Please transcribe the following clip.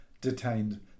detained